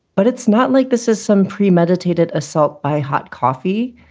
but it's not like this is some premeditated assault by hot coffee.